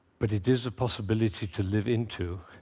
but it is a possibility to live into.